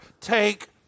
take